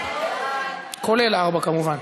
כולל 4 כמובן?